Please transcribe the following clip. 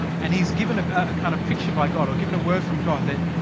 and he's given ah a kind of picture by god or given a word from god that.